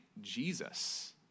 Jesus